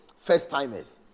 first-timers